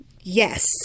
Yes